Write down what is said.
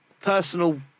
personal